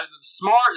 Smart